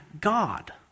God